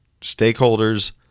stakeholders